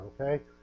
okay